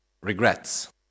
regrets